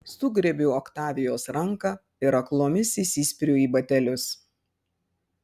sugriebiu oktavijos ranką ir aklomis įsispiriu į batelius